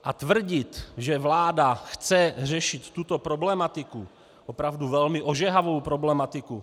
A tvrdit, že vláda chce řešit tuto problematiku, opravdu velmi ožehavou problematiku...